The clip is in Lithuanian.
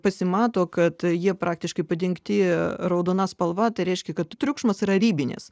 pasimato kad jie praktiškai padengti raudona spalva tai reiškia kad triukšmas yra ribinis